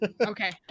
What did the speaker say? okay